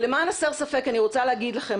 ולמען הסר ספק אני רוצה להגיד לכם,